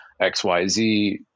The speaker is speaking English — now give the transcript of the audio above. xyz